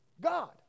God